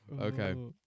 Okay